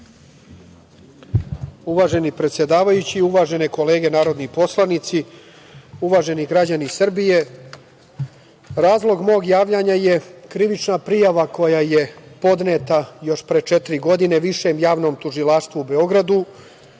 Uvaženi predsedavajući, uvažene kolege narodni poslanici, uvaženi građani Srbije, razlog mog javljanja je krivična prijava koja je podneta još pre četiri godine Višem javnom tužilaštvu u Beogradu